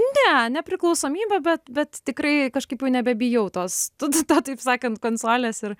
ne ne priklausomybė bet bet tikrai kažkaip jau nebebijau tos to to taip sakant konsolės ir